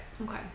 okay